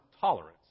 tolerance